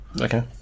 Okay